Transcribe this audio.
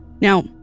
Now